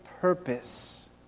purpose